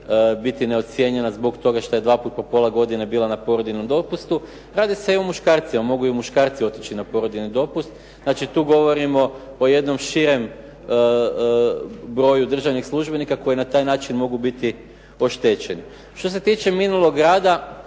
biti neocijenjena zbog toga što je dva puta po pola godine bila na porodiljnom dopustu. Radi se i o muškarcima, mogu i muškarci otići na porodiljni dopust. Znači, tu govorimo o jednom širem broju državnih službenika koji na taj način mogu biti oštećeni. Što se tiče minulog rada